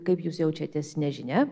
kaip jūs jaučiatės nežinia